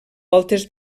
voltes